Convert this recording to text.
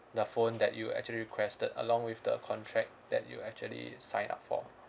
the phone that you actually requested along with the contract that you actually sign up for